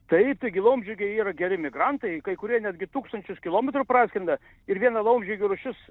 taip taigi laumžirgiai yra geri migrantai kai kurie netgi tūkstančius kilometrų praskrenda ir viena laumžirgių rūšis